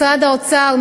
משרד האוצר,